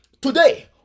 today